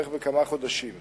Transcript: לבחינת